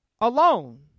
alone